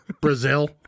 Brazil